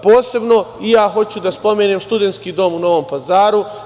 Posebno hoću da spomenem studentski dom u Novom Pazaru.